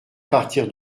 partir